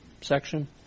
section